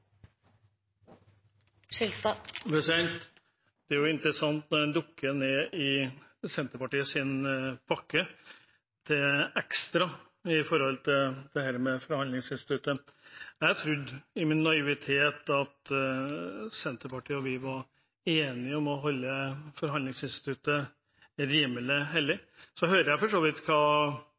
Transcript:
jo interessant når en dukker ned i Senterpartiets ekstra pakke, å se på dette opp mot forhandlingsinstituttet. Jeg trodde i min naivitet at Senterpartiet og vi var enige om å holde forhandlingsinstituttet rimelig hellig. Så hører jeg for så vidt hva